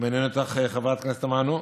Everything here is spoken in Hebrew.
אם מעניין אותך, חברת הכנסת תמנו.